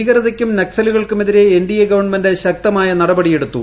ഭീകരതയ്ക്കും നക്സലുകൾക്കുമെതിരെ NDA government ശക്തമായ നടപടിയെടുത്തു